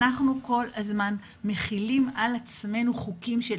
אנחנו כל הזמן מחילים על עצמנו חוקים של